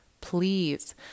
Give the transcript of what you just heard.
please